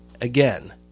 again